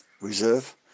Reserve